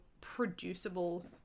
producible